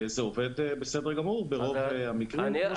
זה עובד בסדר גמור ברוב המקרים.